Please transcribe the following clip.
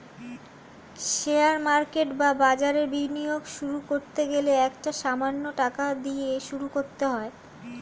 share market বা বাজারে বিনিয়োগ শুরু করতে গেলে একটা সামান্য টাকা দিয়ে শুরু করতে হয়